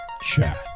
Chat